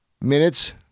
minutes